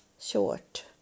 short